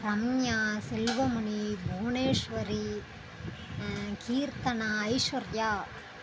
Ramya Selvamani Bhuvaneswari Keerthana Aishwarya